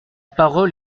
parole